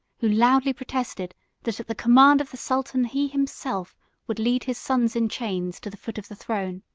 who loudly protested that at the command of the sultan he himself would lead his sons in chains to the foot of the throne.